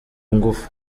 ngufu